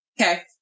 Okay